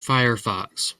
firefox